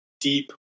deep